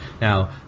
Now